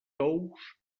tous